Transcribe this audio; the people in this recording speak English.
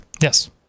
Yes